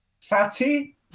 fatty